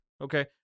Okay